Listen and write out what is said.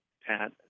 Pat